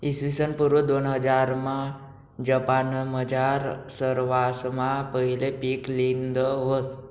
इसवीसन पूर्व दोनहजारमा जपानमझार सरवासमा पहिले पीक लिधं व्हतं